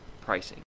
pricing